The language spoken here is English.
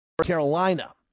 Carolina